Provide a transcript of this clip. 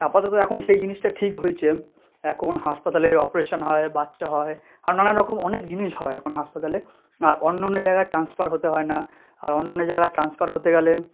আপাতত এখন সেই জিনিসটা ঠিক হয়েছে এখন হাসপাতালে অপারেশান হয় বাচ্চা হয় আরো নানান রকম অনেক জিনিস হয় এখন হাসপাতালে আর অন্য অন্য জায়গায় ট্রান্সফার হতে হয় না আর অন্য অন্য জায়গায় ট্রান্সফার হতে গেলে